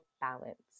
balance